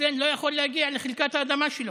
חוסיין לא יכול להגיע לחלקת האדמה שלו,